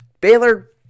Baylor